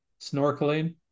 snorkeling